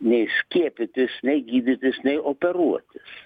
nei skiepytis nei gydytis nei operuotis